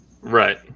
right